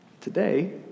Today